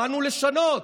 באנו לשנות.